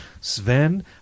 Sven